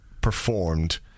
performed